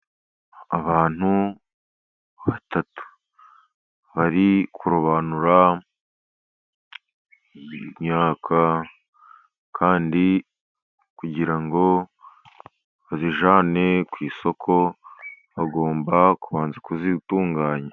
Abantu batatu bari kurobanura imyaka, kandi kugira ngo bayijyane ku isoko bagomba kubanza kuyitunganya.